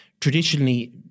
traditionally